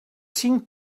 cinc